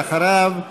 ואחריו,